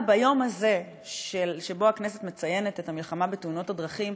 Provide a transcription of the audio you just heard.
אבל ביום הזה שבו הכנסת מציינת את המלחמה בתאונות הדרכים